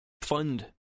fund